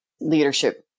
leadership